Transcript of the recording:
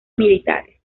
militares